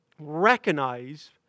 recognize